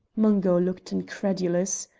mungo looked incredulous.